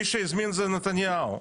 מי שהזמין זה נתניהו.